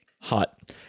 Hot